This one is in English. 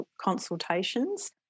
consultations